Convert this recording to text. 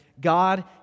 God